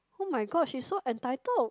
oh-my-god she's so entitled